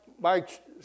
Mike